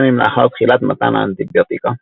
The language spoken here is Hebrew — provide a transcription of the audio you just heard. ימים לאחר תחילת מתן האנטיביוטיקה.